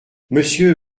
monsieur